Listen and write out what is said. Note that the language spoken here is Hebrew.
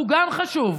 גם זה חשוב.